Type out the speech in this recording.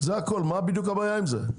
מה בדיוק הבעיה עם זה?